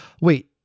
wait